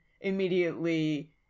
immediately